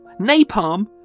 napalm